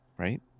Right